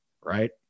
Right